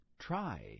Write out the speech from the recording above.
try